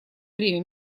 время